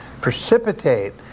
precipitate